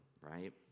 right